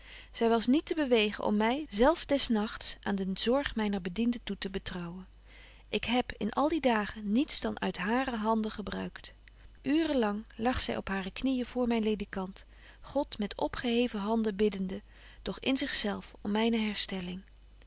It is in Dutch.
zy was niet te bewegen om my zelf des nagts aan de zorg myner bedienden toe te betrouwen ik heb in al die dagen niets dan uit hare handen gebruikt uuren lang lag zy op hare knieën voor myn ledikant god met opgeheven handen biddende doch in zich zelf om myne herstelling